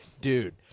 dude